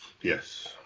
Yes